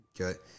okay